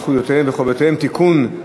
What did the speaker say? זכויותיהם וחובותיהם (תיקון,